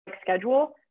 schedule